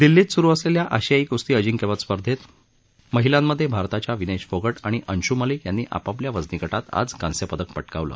दिल्लीत सुरु असलेल्या आशियाई कुस्ती अजिंक्यपद स्पर्धेत महिलांमधे भारताच्या विनेश फोगट आणि अंशू मलिक यांनी आपापल्या वजनी गटात आज कांस्य पदक पटकावलं